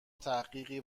تحقیقی